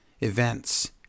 events